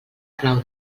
clau